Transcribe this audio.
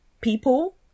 people